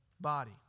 body